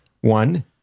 One